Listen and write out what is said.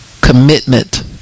commitment